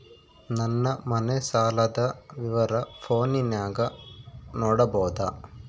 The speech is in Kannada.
ನನ್ನ ಮನೆ ಸಾಲದ ವಿವರ ಫೋನಿನಾಗ ನೋಡಬೊದ?